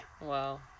wow